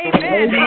Amen